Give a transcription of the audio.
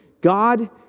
God